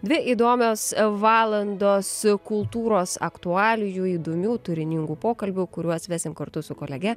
dvi įdomios valandos kultūros aktualijų įdomių turiningų pokalbių kuriuos vesim kartu su kolege